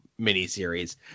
miniseries